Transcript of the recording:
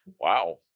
Wow